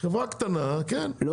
חברה קטנה כן.